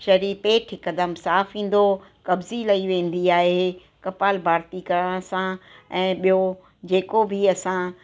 शरीर पेट हिकदमि साफ़ ईंदो कब्ज़ी लई वेंदी आहे कपाल भांति करण सां ऐं ॿियो जेको बि असां